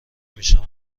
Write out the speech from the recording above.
میشم